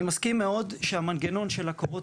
אני מסכים מאוד שהמנגנון של הקולות